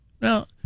Now